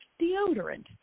deodorant